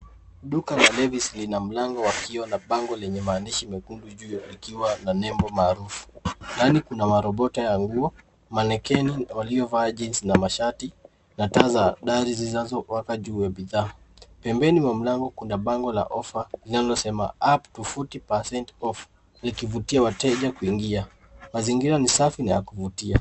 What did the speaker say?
Duka la ladies lina mlango wa kioo na bango la nyekundu juu likiwa na nembo maarufu. Ndani kuna maroboto ya nguo, manekeni waliovaa jeans na mashati na taa za dari zinazowaka juu ya bidhaa. Pembeni mwa mlango kuna kuna bango la ofa linalosema up to 40% off likivutia wateja kuingia. Mazingira ni safi na ya kuvutia.